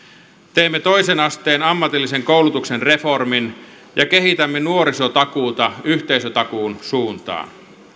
teemme toisen asteen ammatillisen koulutuksen reformin ja kehitämme nuorisotakuuta yhteisötakuun suuntaan